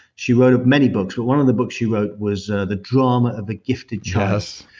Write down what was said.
she wrote many books. but one of the books she wrote was the drama of the gifted child yes.